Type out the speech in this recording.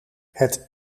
het